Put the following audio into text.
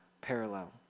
parallel